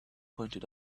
pointed